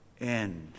end